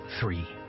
Three